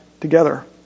together